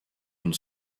une